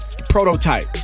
prototype